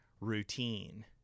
routine